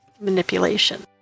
manipulation